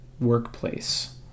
workplace